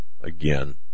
again